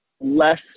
less